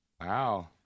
Wow